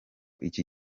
iki